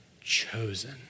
chosen